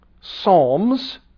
psalms